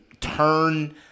turn